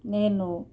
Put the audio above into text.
నేను